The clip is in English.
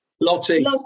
lottie